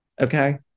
Okay